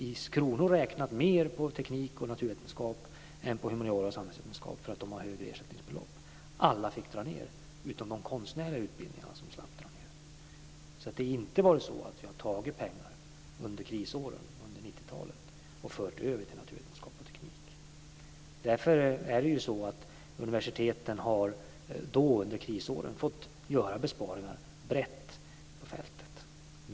I kronor räknat var det mer för teknik och naturvetenskap än för humaniora och samhällsvetenskap för att de har högre ersättningsbelopp. Alla utom de konstnärliga utbildningarna, som slapp, fick dra ned. Det har inte varit så att vi har tagit pengar under krisåren på 90-talet och fört över till naturvetenskap och teknik. Därför har universiteten under krisåren fått göra besparingar brett på fältet.